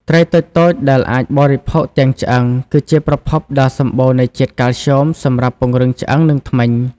ត្រីតូចៗដែលអាចបរិភោគទាំង ឆ្អឹង គឺជាប្រភពដ៏សម្បូរនៃជាតិកាល់ស្យូមសម្រាប់ពង្រឹងឆ្អឹង និងធ្មេញ។